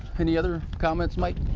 any other comments mike?